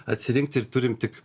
atsirinkti ir turim tik